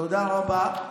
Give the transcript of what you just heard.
תודה רבה.